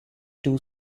two